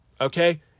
Okay